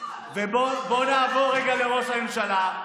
בואו נעבור רגע לראש הממשלה.